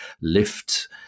lift